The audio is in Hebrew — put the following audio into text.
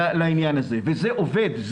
זה עובד.